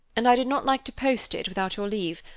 and i did not like to post it without your leave.